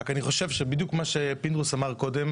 רק אני חושב שבדיוק מה שפינדרוס אמר קודם,